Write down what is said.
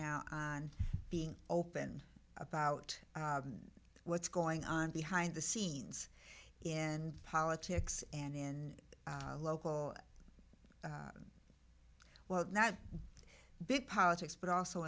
now on being open about what's going on behind the scenes in politics and in local well not big politics but also